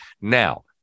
Now